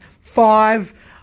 five